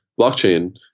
blockchain